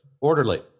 Orderly